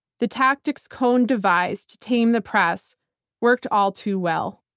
the tactics cohn devised to tame the press worked all too well.